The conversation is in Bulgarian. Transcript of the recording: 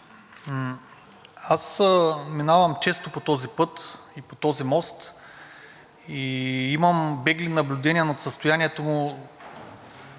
Аз минавам често по този път и по този мост и имам бегли наблюдения над състоянието за